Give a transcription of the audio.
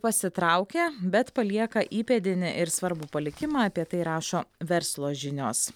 pasitraukė bet palieka įpėdinį ir svarbų palikimą apie tai rašo verslo žinios